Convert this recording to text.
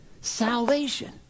Salvation